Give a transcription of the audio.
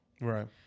Right